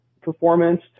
performance